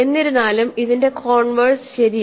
എന്നിരുന്നാലും ഇതിന്റെ കോൺവേഴ്സ് ശരിയാണ്